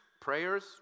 prayers